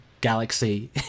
galaxy